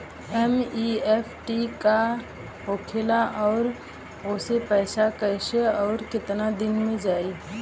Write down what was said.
NEFT का होखेला और ओसे पैसा कैसे आउर केतना दिन मे जायी?